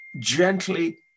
gently